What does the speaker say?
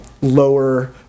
lower